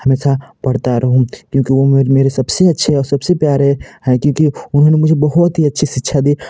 हमेशा पढ़ता रहूँ क्योंकि वो मेरे सबसे अच्छे और सबसे प्यारे है क्योंकि उन्होंने मुझे बहुत ही अच्छे शिक्षा दी